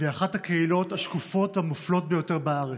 והיא אחת הקהילות השקופות המופלות ביותר בארץ.